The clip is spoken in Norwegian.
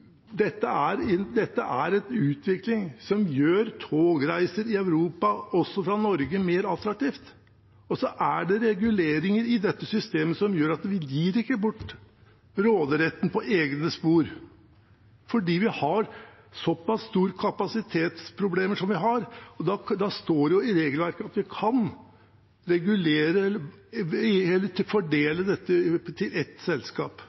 dette er en utvikling som gjør togreiser i Europa, også fra Norge, mer attraktivt. Og så er det reguleringer i dette systemet som gjør at vi ikke gir bort råderetten på egne spor, fordi vi har såpass store kapasitetsproblemer som vi har. Da står det i regelverket at vi kan regulere eller fordele dette til ett selskap.